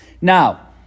Now